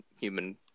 human